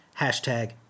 hashtag